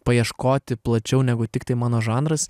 paieškoti plačiau negu tiktai mano žanras